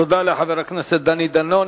תודה לחבר הכנסת דני דנון.